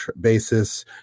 basis